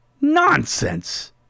Nonsense